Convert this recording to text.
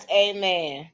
amen